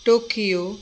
Tokyo